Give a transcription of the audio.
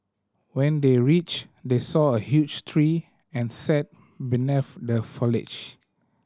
when they reached they saw a huge tree and sat beneath the foliage